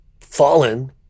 fallen –